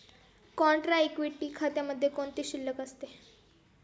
Contra equity खात्यामध्ये कोणती शिल्लक असते?